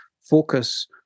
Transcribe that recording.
focus